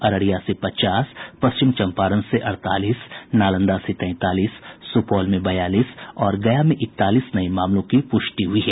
अररिया में पचास पश्चिम चंपारण में अड़तालीस नालंदा में तैंतालीस सुपौल में बयालीस और गया में इकतालीस नये मामलों की पूष्टि हुई है